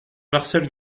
marcel